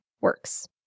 works